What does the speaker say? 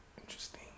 interesting